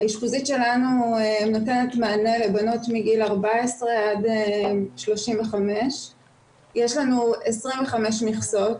האשפוזית שלנו נותנת מענה לבנות מגיל 14 עד 35. יש לנו 25 מכסות,